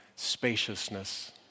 spaciousness